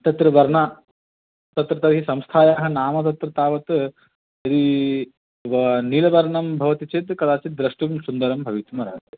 तत्र वर्ण तत्र तर्हि संस्थायाः नाम तत्र तावत् यदि वा नीलवर्णं भवति चेत् कदाचित् द्रष्टुं सुन्दरं भवितुम् अर्हति